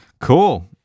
cool